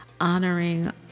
honoring